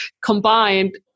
combined